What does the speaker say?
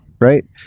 right